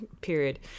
Period